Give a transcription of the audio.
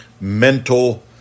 mental